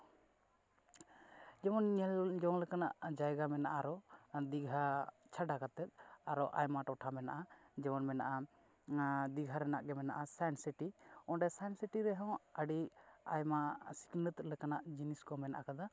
ᱡᱮᱢᱚᱱ ᱧᱮᱞ ᱡᱚᱝ ᱞᱮᱠᱟᱱᱟᱜ ᱡᱟᱭᱜᱟ ᱢᱮᱱᱟᱜᱼᱟ ᱟᱨᱚ ᱫᱤᱜᱷᱟ ᱪᱷᱟᱰᱟ ᱠᱟᱛᱮᱫ ᱟᱨᱚ ᱟᱭᱢᱟ ᱴᱚᱴᱷᱟ ᱢᱮᱱᱟᱜᱼᱟ ᱡᱮᱢᱚᱱ ᱢᱮᱱᱟᱜᱼᱟ ᱚᱱᱟ ᱫᱤᱜᱷᱟ ᱨᱮᱱᱟᱜ ᱜᱮ ᱢᱮᱱᱟᱜᱼᱟ ᱥᱟᱭᱮᱱᱥ ᱥᱤᱴᱤ ᱚᱸᱰᱮ ᱥᱟᱭᱮᱱᱥ ᱥᱤᱴᱤ ᱨᱮᱦᱚᱸ ᱟᱹᱰᱤ ᱟᱭᱢᱟ ᱥᱤᱠᱷᱱᱟᱹᱛ ᱞᱮᱠᱟᱱᱟᱜ ᱡᱤᱱᱤᱥ ᱠᱚ ᱢᱮᱱᱟᱜ ᱠᱟᱫᱟ